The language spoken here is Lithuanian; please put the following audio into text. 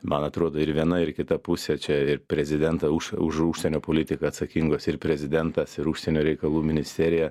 man atrodo ir viena ir kita pusė čia ir prezidentą už už užsienio politiką atsakingos ir prezidentas ir užsienio reikalų ministerija